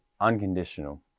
unconditional